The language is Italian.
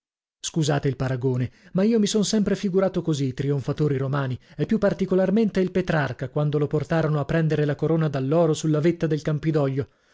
scusate il paragone ma io mi son sempre figurato così i trionfatori romani e più particolarmente il petrarca quando lo portarono a prendere la corona d'alloro sulla vetta del campidoglio